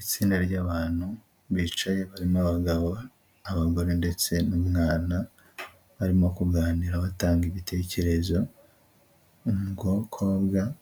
Itsinda ry'abantu bicaye barimo abagabo, abagore ndetse n'umwana, barimo kuganira batanga ibitekerezo, umukobwa